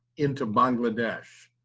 into bangladesh.